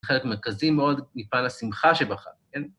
חלק מרכזי מאוד מפעל השמחה שבחר, כן?